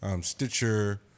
Stitcher